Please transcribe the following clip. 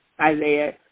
Isaiah